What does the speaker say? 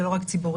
ולא רק ציבוריים.